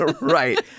Right